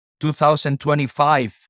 2025